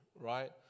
right